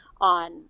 on